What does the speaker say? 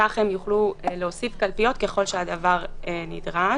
כך הם יוכלו להוסיף קלפיות ככל שהדבר נדרש.